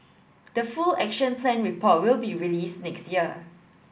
the full Action Plan report will be released next year